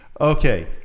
Okay